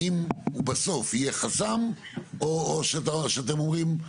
האם הוא בסוף יהיה חסם או שאתם אומרים,